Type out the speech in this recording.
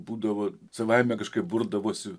būdavo savaime kažkaip burdavosi